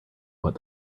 what